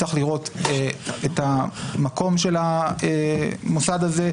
צריך לראות את המקום של המוסד הזה,